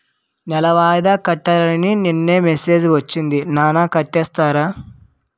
నెల వాయిదా కట్టాలని నిన్ననే మెసేజ్ ఒచ్చింది నాన్న కట్టేసారా?